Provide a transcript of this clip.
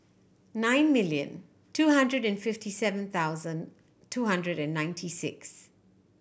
nine million two hundred and fifty seven thousand two hundred and ninety six